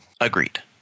Agreed